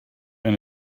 and